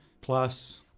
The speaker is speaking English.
plus